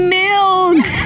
milk